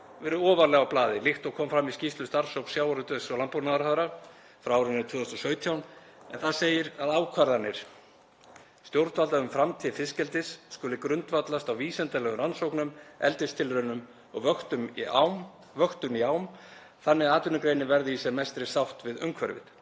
verið ofarlega á blaði, líkt og kom fram í skýrslu starfshóps sjávarútvegs- og landbúnaðarráðherra frá árinu 2017, en þar segir að ákvarðanir stjórnvalda um framtíð fiskeldis skuli grundvallast á vísindalegum rannsóknum, eldistilraunum og vöktun í ám þannig að atvinnugreinin verði í sem mestri sátt við umhverfið.